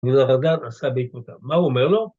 ולאדם עשה בעקבותם. מה הוא אומר לו?